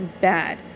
bad